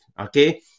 Okay